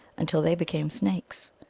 until they became snakes.